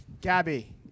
Gabby